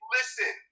listen